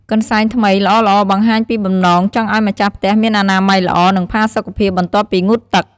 កន្សែងថ្មីល្អៗបង្ហាញពីបំណងចង់ឲ្យម្ចាស់ផ្ទះមានអនាម័យល្អ និងផាសុកភាពបន្ទាប់ពីងូតទឹក។